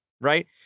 right